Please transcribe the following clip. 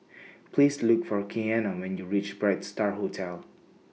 Please Look For Keanna when YOU REACH Bright STAR Hotel